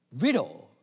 Widow